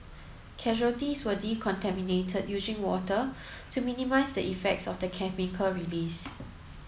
casualties were decontaminated using water to minimise the effects of the chemical release